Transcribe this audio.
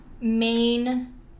main